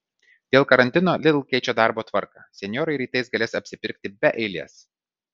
dėl karantino lidl keičia darbo tvarką senjorai rytais galės apsipirkti be eilės